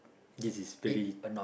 this is very